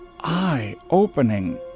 eye-opening